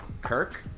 Kirk